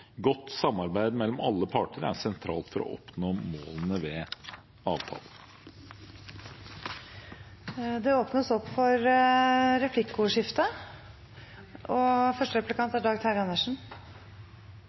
Godt samarbeid mellom alle partene er sentralt for å oppnå målene med avtalen. Det blir replikkordskifte. La meg først understreke – for